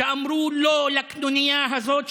שאמרו "לא" לקנוניה הזאת,